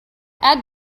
add